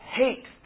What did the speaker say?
hate